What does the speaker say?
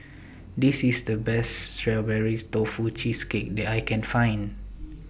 This IS The Best Strawberries Tofu Cheesecake that I Can Find